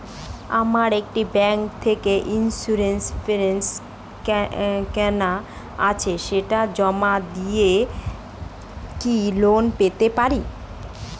আমার একটি ব্যাংক থেকে ইন্সুরেন্স প্ল্যান কেনা আছে সেটা জমা দিয়ে কি লোন পেতে পারি?